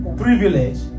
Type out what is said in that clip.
privilege